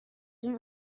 این